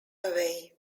away